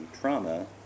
trauma